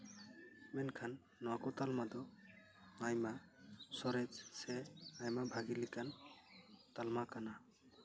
ᱢᱮᱱᱠᱷᱟᱱ ᱱᱚᱣᱟ ᱠᱚ ᱛᱟᱞᱢᱟ ᱫᱚ ᱟᱭᱢᱟ ᱥᱚᱨᱮᱥ ᱥᱮ ᱟᱭᱢᱟ ᱵᱷᱟᱜᱮ ᱞᱮᱠᱟᱱ ᱛᱟᱞᱢᱟ ᱠᱟᱱᱟ